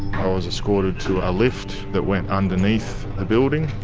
i was escorted to a lift that went underneath the building.